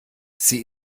sie